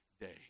day